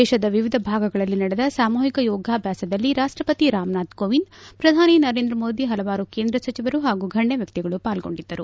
ದೇಶದ ವಿವಿಧ ಭಾಗಗಳಲ್ಲಿ ನಡೆದ ಸಾಮೂಹಿಕ ಯೋಗಾಭ್ಯಾಸದಲ್ಲಿ ರಾಷ್ಷಪತಿ ರಾಮನಾಥ್ ಕೋವಿಂದ್ ಪ್ರಧಾನಿ ನರೇಂದ್ರ ಮೋದಿ ಹಲವಾರು ಕೇಂದ್ರ ಸಚಿವರು ಹಾಗೂ ಗಣ್ಣ ವ್ಯಕ್ಲಿಗಳು ಪಾಲ್ಲೊಂಡಿದ್ದರು